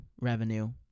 revenue